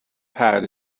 pad